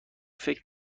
فکر